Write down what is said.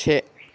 से